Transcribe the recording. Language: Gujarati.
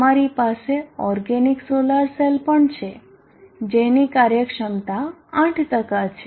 તમારી પાસે ઓર્ગેનિક સોલાર સેલ પણ છે જેની કાર્યક્ષમતા 8 છે